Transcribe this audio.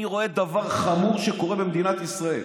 אני רואה דבר חמור שקורה במדינת ישראל,